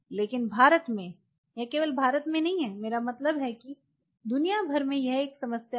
लेकिन भारत में यह केवल भारत नहीं है मेरा मतलब है कि दुनिया भर में यह एक समस्या है